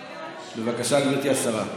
בבקשה, גברתי השרה.